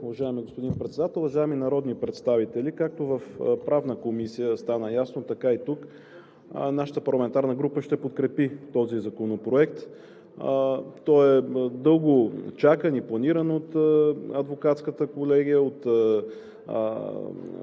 уважаеми господин Председател. Уважаеми народни представители! Както в Правната комисия стана ясно, така и тук нашата парламентарна група ще подкрепи този законопроект. Той е дълго чакан и планиран от Адвокатската колегия, от